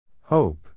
Hope